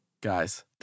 Guys